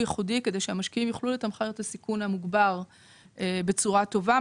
ייחודי כדי שהמשקיעים יוכלו לתמחר את הסיכון המוגבר בצורה טובה,